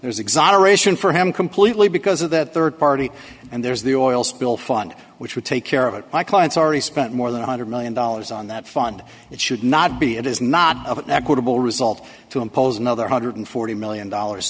there's exoneration for him completely because of that rd party and there's the oil spill fund which would take care of it my clients already spent more than one hundred million dollars on that fund it should not be it is not equitable result to impose another one hundred and forty million dollars